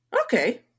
Okay